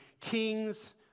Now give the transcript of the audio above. kings